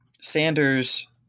Sanders